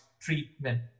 treatment